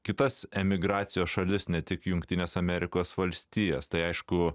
kitas emigracijos šalis ne tik jungtines amerikos valstijas tai aišku